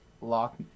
lock